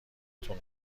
تون